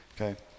okay